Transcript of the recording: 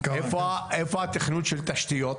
איפה התכנון של התשתיות?